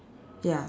ya